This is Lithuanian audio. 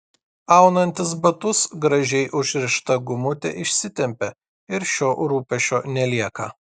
aunantis batus gražiai užrišta gumutė išsitempia ir šio rūpesčio nelieka